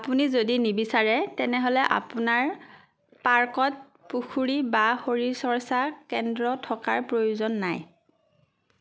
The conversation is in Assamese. আপুনি যদি নিবিচাৰে তেনেহ'লে আপোনাৰ পাৰ্কত পুখুৰী বা শৰীৰচৰ্চা কেন্দ্ৰ থকাৰ প্ৰয়োজন নাই